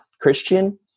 Christian